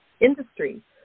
industry